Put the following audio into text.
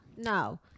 No